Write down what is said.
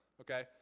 okay